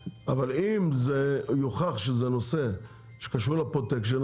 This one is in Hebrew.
אבל היא מחריגה את נזקי זדון,